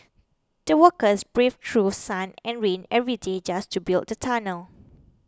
the workers braved through sun and rain every day just to build the tunnel